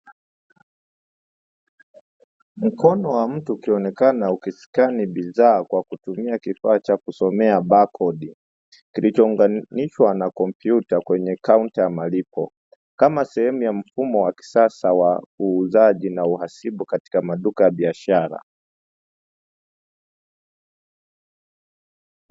Mkono wa mtu ukionekana ukiskani bidhaa kwa kutumia kifaa cha kusomea baakodi kilichounganishwa na kompyuta kwenye kaunta ya malipo kama sehemu ya mfumo wa kisasa wa uuzaji na uhasibu katika maduka ya biashara.